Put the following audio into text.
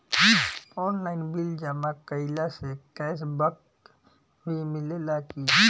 Online bill जमा कईला से कैश बक भी मिलेला की?